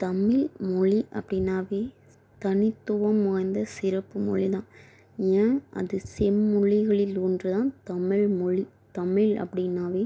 தமிழ் மொழி அப்டின்னாலே தனித்துவம் வாய்ந்த சிறப்பு மொழி தான் ஏன் அது செம்மொழிகளில் ஒன்று தான் தமிழ் மொழி தமிழ் அப்டின்னாலே